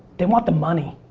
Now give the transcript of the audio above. they want the money.